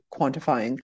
quantifying